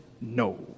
no